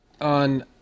On